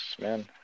Man